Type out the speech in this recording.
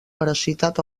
veracitat